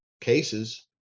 cases